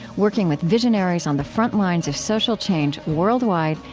working with visionaries on the front lines of social change worldwide,